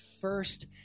first